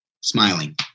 Smiling